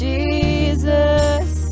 Jesus